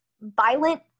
violent